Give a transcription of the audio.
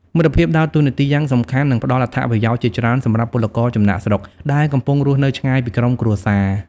មិត្តភាពដើរតួនាទីយ៉ាងសំខាន់ និងផ្ដល់អត្ថប្រយោជន៍ជាច្រើនសម្រាប់ពលករចំណាកស្រុក ដែលកំពុងរស់នៅឆ្ងាយពីក្រុមគ្រួសារ ។